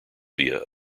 via